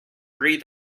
breed